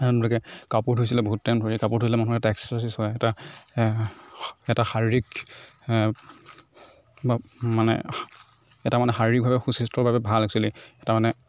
আগতে মানুহবিলাকে কাপোৰ ধুইছিলে বহুত টাইম ধৰি কাপোৰ ধুলে মানুহৰ এটা এক্সচাৰচাইজ হয় এটা এটা শাৰীৰিক বা মানে এটা মানে শাৰীৰিকভাৱে সুস্বাস্থ্যৰ বাবে ভাল এক্সোৱেলী এটা মানে